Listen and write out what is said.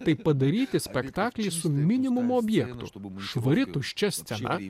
tai padaryti spektaklį su minimum objektų švari tuščia scena